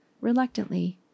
reluctantly